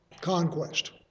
conquest